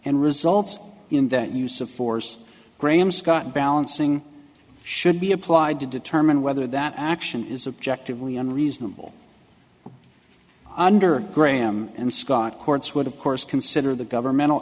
and results in that use of force graham scott balancing should be applied to determine whether that action is subjectively and reasonable under graham and scott courts would of course consider the governmental